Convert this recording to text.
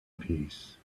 peace